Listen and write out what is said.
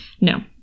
No